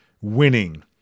winning